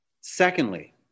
Secondly